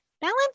balance